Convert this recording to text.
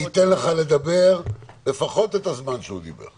אני אתן לך לדבר לפחות את הזמן שהוא דיבר.